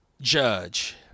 Judge